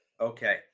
Okay